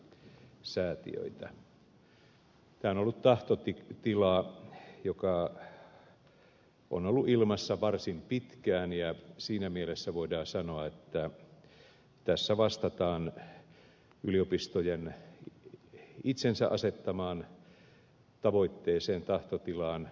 tämä on ollut tahtotila joka on ollut ilmassa varsin pitkään ja siinä mielessä voidaan sanoa että tässä vastataan yliopistojen itsensä asettamaan tavoitteeseen tahtotilaan